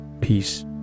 peace